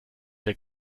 der